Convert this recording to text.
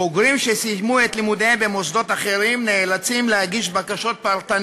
בוגרים שסיימו את לימודיהם במוסדות אחרים נאלצו להגיש בקשות פרטניות